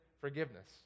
forgiveness